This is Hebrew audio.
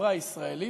בחברה הישראלית,